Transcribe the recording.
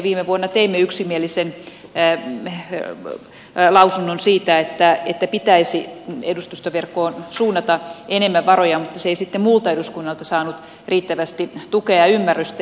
viime vuonna teimme yksimielisen lausunnon siitä että pitäisi edustustoverkkoon suunnata enemmän varoja mutta se ei sitten muulta eduskunnalta saanut riittävästi tukea ja ymmärrystä